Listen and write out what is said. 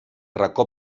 racó